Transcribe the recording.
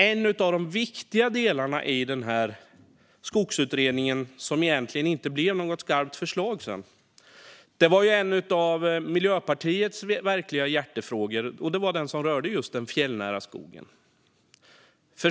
En viktig del av denna skogsutredning, som egentligen inte blev något skarpt förslag, var en av Miljöpartiets verkliga hjärtefrågor: den fjällnära skogen.